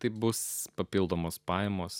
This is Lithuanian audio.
tai bus papildomos pajamos